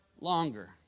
longer